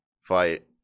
Fight